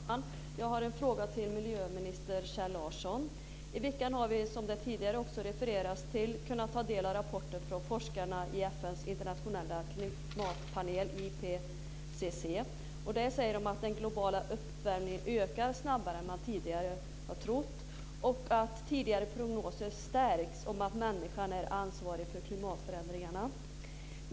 Fru talman! Jag har en fråga till miljöminister I veckan har vi, som det tidigare också refererats till, kunnat ta del av rapporter från forskarna i FN:s internationella klimatpanel, IPCC. Där säger de att den globala uppvärmningen ökar snabbare än vad man tidigare har trott och att tidigare prognoser stärkts om att människan är ansvarig för klimatförändringarna.